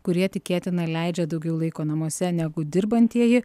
kurie tikėtina leidžia daugiau laiko namuose negu dirbantieji